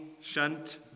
shunt